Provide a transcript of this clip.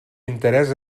interès